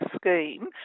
scheme